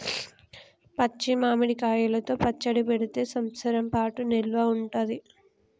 పచ్చి మామిడి కాయలతో పచ్చడి పెడితే సంవత్సరం పాటు నిల్వ ఉంటది